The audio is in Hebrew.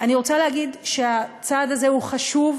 אני רוצה להגיד שהצעד הזה הוא חשוב,